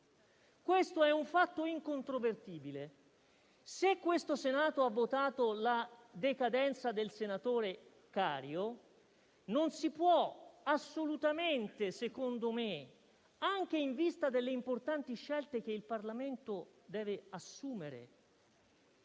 questo è un fatto incontrovertibile. Se questo Senato ha votato la decadenza del senatore Cario, non si può assolutamente sentire, secondo me, anche in vista delle importanti scelte che il Parlamento deve assumere,